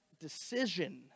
decision